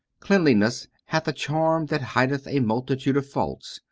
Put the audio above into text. cleanliness hath a charm that hideth a multitude of faults,